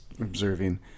observing